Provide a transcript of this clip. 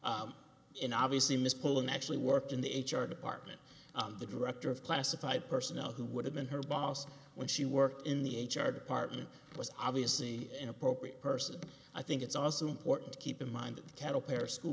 in obviously miss poland actually worked in the h r department the director of classified personnel who would have been her boss when she worked in the h r department was obviously an appropriate person i think it's also important to keep in mind cattle pair school